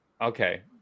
okay